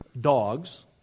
dogs